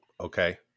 Okay